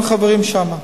אנחנו חברים שם.